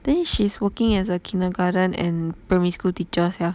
then she's working as a kindergarten and primary school teacher sia